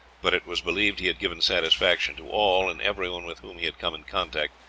but it was believed he had given satisfaction to all and everyone with whom he had come in contact,